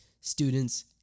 students